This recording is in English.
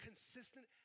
consistent